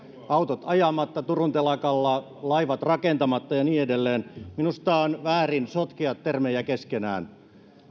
autot ajamatta turun telakalla laivat rakentamatta ja niin edelleen minusta on väärin sotkea termejä keskenään